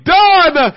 done